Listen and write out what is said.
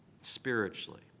spiritually